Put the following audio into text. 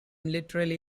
literally